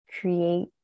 create